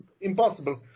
impossible